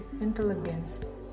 intelligence